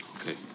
Okay